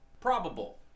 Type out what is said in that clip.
probable